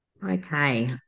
Okay